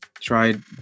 tried